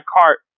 cart